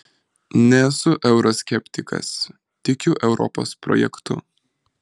nesu euroskeptikas tikiu europos projektu